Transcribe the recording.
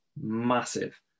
massive